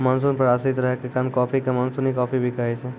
monsoon पर आश्रित रहै के कारण कॉफी कॅ मानसूनी कॉफी भी कहै छै